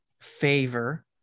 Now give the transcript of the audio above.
favor